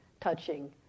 touching